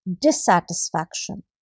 dissatisfaction